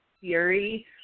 Theory